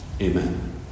Amen